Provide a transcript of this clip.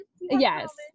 yes